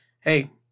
hey